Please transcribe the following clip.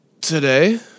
Today